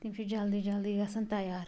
تِم چھِ جلدی جلدی گَژھان تَیار